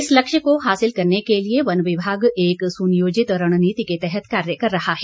इस लक्ष्य को हासिल करने के लिए वन विभाग एक सुनियोजित रणनीति के तहत कार्य कर रहा है